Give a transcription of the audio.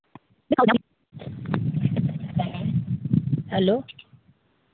hello